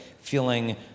feeling